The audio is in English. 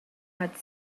had